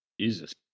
Jesus